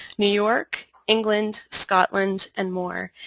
new york, england, scotland and more.